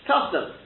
customs